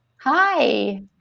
Hi